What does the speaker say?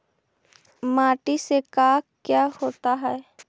माटी से का क्या होता है?